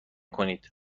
کنید